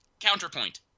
Counterpoint